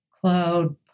Cloud